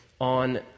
on